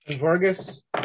Vargas